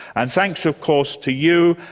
and thanks of course to you,